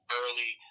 early